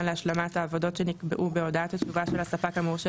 להשלמת העבודות שנקבעו בהודעת התשובה של הספק המורשה,